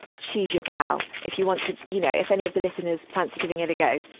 she's your girl! if you want to, you know. if any of the listeners fancy giving it a go,